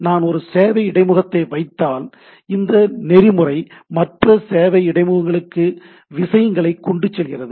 நான் ஒரு சேவை இடைமுகத்தை வைத்தால் இந்த நெறிமுறை மற்ற சேவை இடைமுகங்களுக்கு விஷயங்களை கொண்டு செல்கிறது